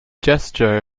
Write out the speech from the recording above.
gesture